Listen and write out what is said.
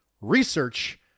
research